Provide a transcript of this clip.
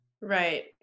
Right